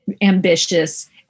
ambitious